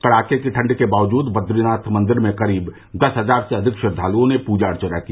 कड़ाके की ठंड के बावजूद बद्रीनाथ मंदिर में करीब दस हजार से अधिक श्रद्वालुओं ने पूजा अर्चना की